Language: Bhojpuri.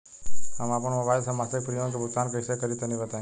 हम आपन मोबाइल से मासिक प्रीमियम के भुगतान कइसे करि तनि बताई?